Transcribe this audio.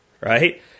right